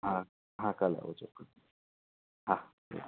હા હા કાલે આવો ચોક્કસ હા હા